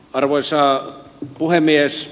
arvoisa puhemies